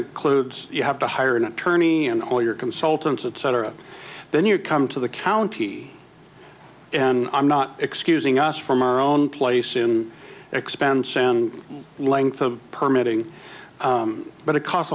includes you have to hire an attorney and all your consultants etc then you come to the county and i'm not excusing us from our own place in expense and length of permitting but it cost